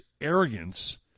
arrogance